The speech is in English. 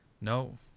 no